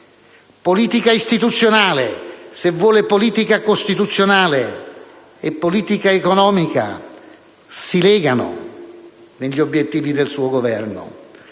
Politica istituzionale, se vuole politica costituzionale, e politica economica si legano negli obiettivi del suo Governo.